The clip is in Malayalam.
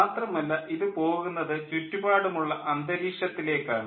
മാത്രമല്ല ഇത് പോകുന്നത് ചുറ്റുപാടുമുള്ള അന്തരീക്ഷത്തിലേക്ക് ആണ്